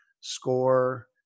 score